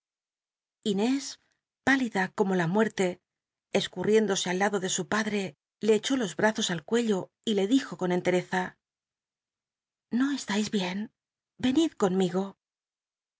palida como la muerte escurriéndose al lado de su padre le echó los brazos al cuello y le dijo con cnterezn no estais bien enid conmigo